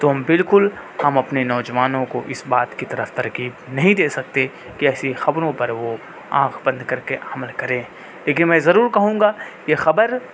تو ہم بالکل ہم اپنے نوجوانوں کو اس بات کی طرف ترغیب نہیں دے سکتے کہ ایسی خبروں پر وہ آنکھ بند کر کے عمل کریں لیکن میں ضرور کہوں گا یہ خبر